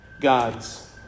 God's